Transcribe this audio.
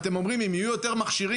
אתם אומרים שאם יהיו יותר מכשירים,